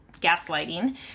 gaslighting